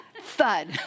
thud